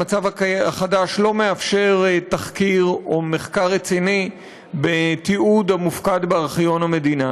המצב החדש לא מאפשר תחקיר או מחקר רציני בתיעוד המופקד בארכיון המדינה,